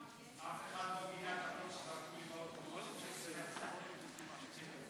הרווחה והבריאות נתקבלה.